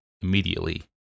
immediately